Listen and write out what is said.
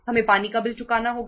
हमें पानी का बिल चुकाना होगा